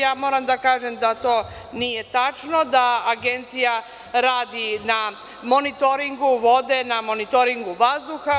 Ja moram da kažem da to nije tačno, da Agencija radi na monitoringu vode, na monitoringu vazduha.